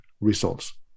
results